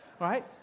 right